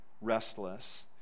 Restless